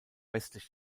westlich